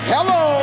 Hello